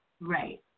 right